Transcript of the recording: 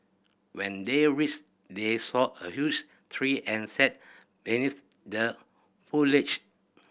when they reached they saw a huge tree and sat beneath the foliage